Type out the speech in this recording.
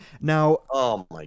Now